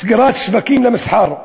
סגירת שווקים למסחר.